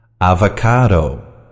avocado